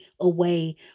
away